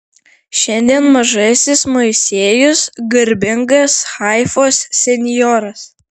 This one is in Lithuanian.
šiandien mažasis moisiejus garbingas haifos senjoras